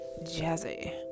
jazzy